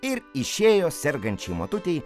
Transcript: ir išėjo sergančiai motutei